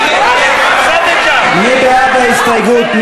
מי בעד ההסתייגות?